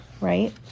right